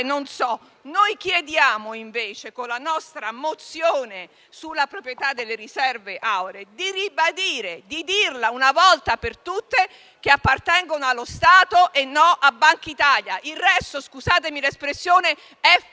Noi chiediamo invece, con la nostra mozione sulla proprietà delle riserve auree, di ribadire e di dire una volta per tutte che queste riserve appartengono allo Stato e non a Bankitalia. Il resto - scusatemi l'espressione - è fuffa.